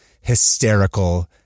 hysterical